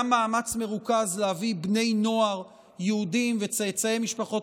גם מאמץ מרוכז להביא בני נוער יהודים וצאצאי משפחות